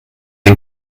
den